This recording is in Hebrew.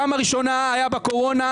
פעם ראשונה זה היה בקורונה,